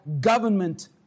government